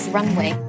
Runway